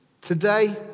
Today